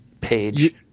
page